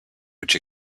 which